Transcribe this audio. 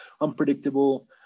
unpredictable